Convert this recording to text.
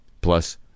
plus